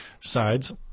sides